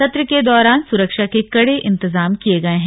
सत्र के दौरान सुरक्षा के कड़े इंतजाम किये गए हैं